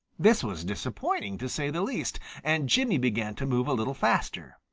this was disappointing, to say the least, and jimmy began to move a little faster.